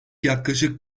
yaklaşık